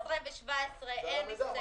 יש סעיף 16 וסעיף 17. אין הסתייגויות.